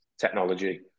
technology